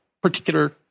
particular